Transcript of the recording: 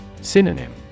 Synonym